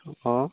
অঁ